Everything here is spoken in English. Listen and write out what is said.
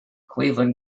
cleveland